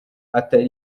atari